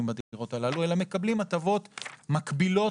בדירות הללו אלא מקבלים הטבות מקבילות,